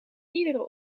iedere